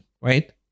right